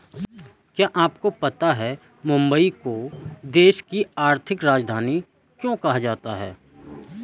क्या आपको पता है मुंबई को देश की आर्थिक राजधानी क्यों कहा जाता है?